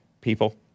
people